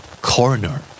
Coroner